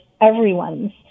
everyone's